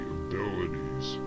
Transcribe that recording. abilities